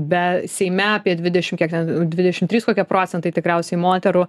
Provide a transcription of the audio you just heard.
be seime apie dvidešim kiek ten dvidešim trys kokie procentai tikriausiai moterų